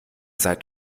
seid